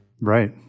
Right